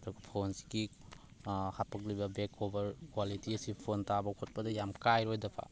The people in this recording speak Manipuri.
ꯑꯗꯨꯒ ꯐꯣꯟꯁꯤꯒꯤ ꯍꯥꯞꯄꯛꯂꯤꯕ ꯕꯦꯛ ꯀꯣꯕꯔ ꯀ꯭ꯋꯥꯂꯤꯇꯤ ꯑꯁꯤ ꯐꯣꯟ ꯇꯥꯕ ꯈꯣꯠꯄꯗ ꯌꯥꯝ ꯀꯥꯏꯔꯣꯏꯗꯕ